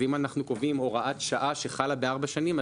אז אם אנחנו קובעים הוראת שעה שחלה בארבע שנים,